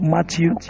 Matthew